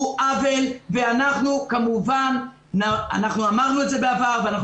הוא עוול ואנחנו כמובן אמרנו את זה בעבר ואנחנו